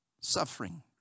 Suffering